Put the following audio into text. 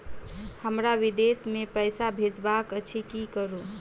हमरा विदेश मे पैसा भेजबाक अछि की करू?